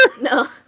No